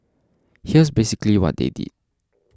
here's basically what they did